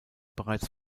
bereits